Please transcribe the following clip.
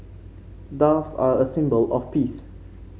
doves are a symbol of peace